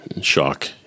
shock